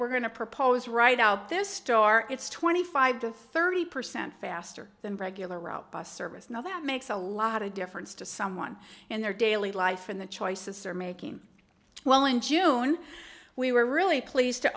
we're going to propose right out this door it's twenty five to thirty percent faster than regular robust service now that makes a lot of difference to someone in their daily life and the choices are making well in june we were really pleased to